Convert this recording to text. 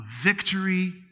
victory